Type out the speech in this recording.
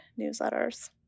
newsletters